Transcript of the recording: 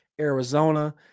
Arizona